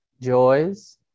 joys